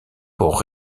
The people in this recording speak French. pour